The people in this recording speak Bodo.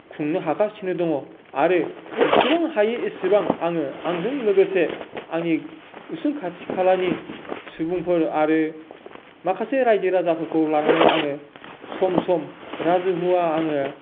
खुंनो हागासिनो दङ आरो जेसेबां हायो इसिबां आङो आंजों लोगोसे आंनि उसुं खाथि खालानि सुबुंफोर आरो माखासे राइजो राजाफोरखौ लानानै आङो सम सम राजहुवा आङो